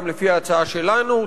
גם לפי ההצעה שלנו,